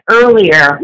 earlier